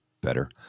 better